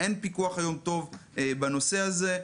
אין היום פיקוח טוב בנושא הזה.